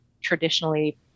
traditionally